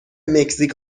مکزیک